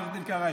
עו"ד קרעי.